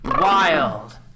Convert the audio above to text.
Wild